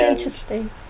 interesting